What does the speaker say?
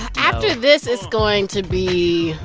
after this, it's going to be.